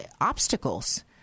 obstacles